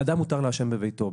לאדם מותר לעשן בביתו,